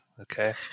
Okay